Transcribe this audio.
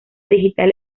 digital